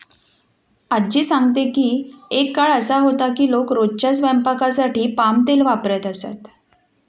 आज्जी सांगते की एक काळ असा होता की लोक रोजच्या स्वयंपाकासाठी पाम तेल वापरत असत